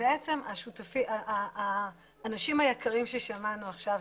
בעצם האנשים היקרים ששמענו עכשיו,